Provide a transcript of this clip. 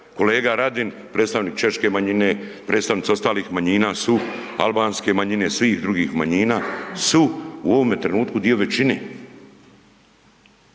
kolega Radin, predstavnik češke manjine, predstavnici ostalih manjina su albanske manjine, svih drugih manjina su u ovome trenutku dio većine